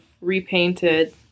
repainted